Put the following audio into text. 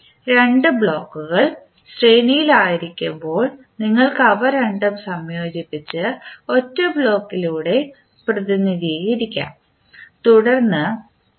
2 ബ്ലോക്കുകൾ ശ്രേണിയിലായിരിക്കുമ്പോൾ നിങ്ങൾക്ക് ഇവ രണ്ടും സംയോജിപ്പിച്ച് ഒരൊറ്റ ബ്ലോക്കിലൂടെ പ്രതിനിധീകരിക്കാം തുടർന്ന് ബ്ലോക്ക്